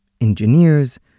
Engineers